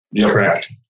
Correct